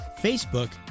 Facebook